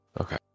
Okay